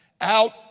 out